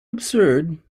absurd